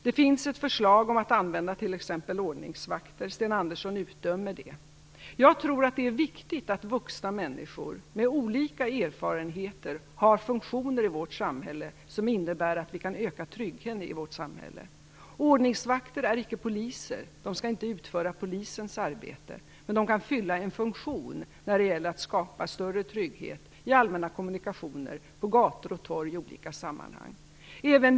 Det finns ett förslag om att t.ex. använda ordningsvakter. Sten Andersson utdömer det förslaget. Jag tror att det är viktigt att vuxna människor med olika erfarenheter har funktioner i vårt samhälle som innebär att vi kan öka tryggheten. Ordningsvakter är icke poliser och de skall inte utföra Polisens arbete. Men de kan fylla en funktion när det gäller att skapa större trygghet i allmänna kommunikationer och på gator och torg i olika sammanhang.